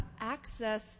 access